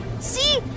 See